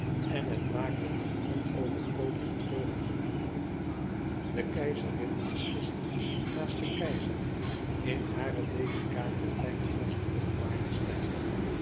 en het maakte een onoverkomelijk treurigen indruk de keizerin niet te zien naast den keizer in hare delicate fijn vorstelijke majesteit